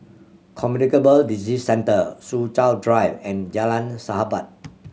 Communicable Disease Centre Soo Chow Drive and Jalan Sahabat